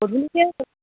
গধূলিকৈ